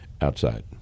outside